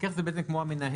מפקח הוא בעצם כמו המנהל.